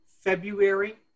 February